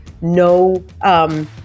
no